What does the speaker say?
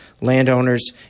landowners